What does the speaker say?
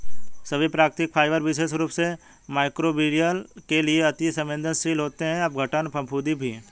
सभी प्राकृतिक फाइबर विशेष रूप से मइक्रोबियल के लिए अति सवेंदनशील होते हैं अपघटन, फफूंदी भी